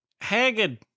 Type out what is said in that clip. haggard